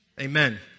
amen